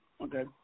Okay